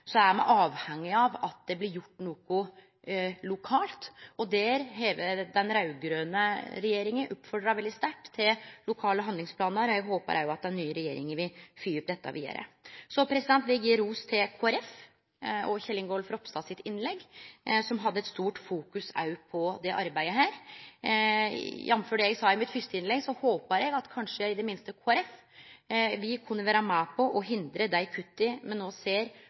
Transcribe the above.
er avhengige av at det blir gjort noko lokalt. Den raud-grøne regjeringa har veldig sterkt oppmoda til lokale handlingsplanar. Eg håpar den nye regjeringa vil følgje opp dette vidare. Eg vil gje ros til Kristeleg Folkeparti og Kjell Ingolf Ropstad sitt innlegg, som hadde eit sterkt fokus på dette arbeidet. Jamfør det eg sa i mitt første innlegg: Eg håpar at i det minste Kristeleg Folkeparti vil kunne vere med på å hindre dei kutta me no ser